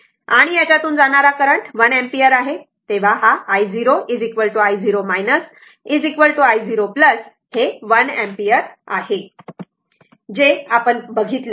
तर आणि याच्यातून जाणारा करंट हा 1 एम्पिअर आहे हा i0 i0 i0 1 एंपियर आहे जे आपण बघितले